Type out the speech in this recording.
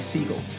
Siegel